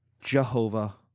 Jehovah